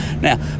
Now